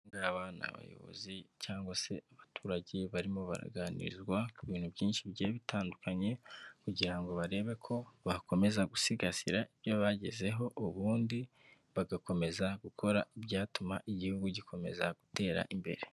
Aba ni abayobozi cyangwa se abaturage barimo baraganirizwa ku bintu byinshi bigiye bitandukanye kugira ngo barebe ko bakomeza gusigasira ibyo bagezeho, ubundi bagakomeza gukora ibyatuma igihugu gikomeza gutera imbere.